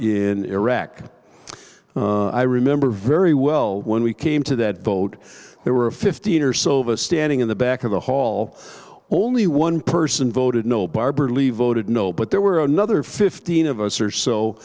in iraq i remember very well when we came to that vote there were fifteen or so of us standing in the back of the hall or only one person voted no barber leave voted no but there were another fifteen of us or so